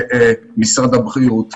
כי בשעה שהממשלה דורשת אמון מהציבור,